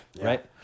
right